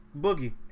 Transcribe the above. Boogie